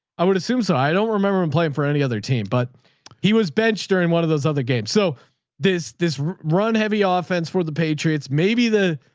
i would assume so. i don't remember him playing for any other team, but he was benched during one of those other games. so there's this run heavy ah offense for the patriots. maybe the,